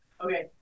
Okay